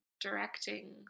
directing